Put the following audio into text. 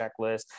checklist